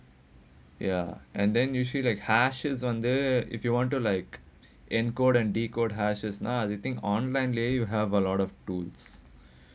ya and then usually like hash on the if you want to like encode and decode hashes னா:naa the thing online leh you have a lot of tools